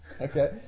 okay